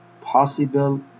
possible